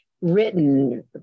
written